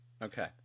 Okay